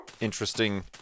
interesting